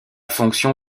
fonction